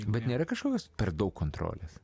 bet nėra kažkokios per daug kontrolės